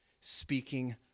speaking